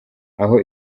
aho